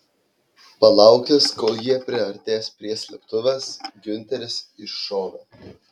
palaukęs kol jie priartės prie slėptuvės giunteris iššovė